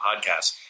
podcasts